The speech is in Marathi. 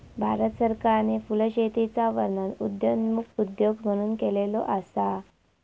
भारत सरकारने फुलशेतीचा वर्णन उदयोन्मुख उद्योग म्हणून केलेलो असा